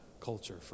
culture